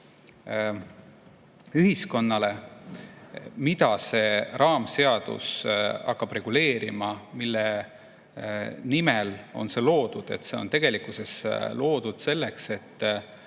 kohta, mida see raamseadus hakkab reguleerima ja mille nimel on see loodud. See on tegelikkuses loodud selleks, et